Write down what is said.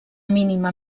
mínima